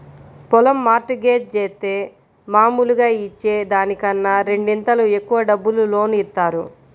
పొలం mortgage జేత్తే మాములుగా ఇచ్చే దానికన్నా రెండింతలు ఎక్కువ డబ్బులు లోను ఇత్తారు